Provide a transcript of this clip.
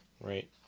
Right